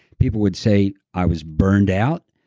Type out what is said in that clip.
people would say, i was burned out